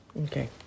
Okay